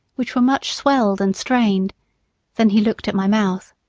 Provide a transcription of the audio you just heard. which were much swelled and strained then he looked at my mouth.